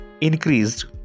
increased